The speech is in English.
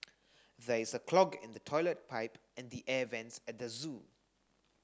there is a clog in the toilet pipe and the air vents at the zoo